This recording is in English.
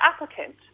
applicant